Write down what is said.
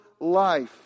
life